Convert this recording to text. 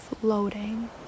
floating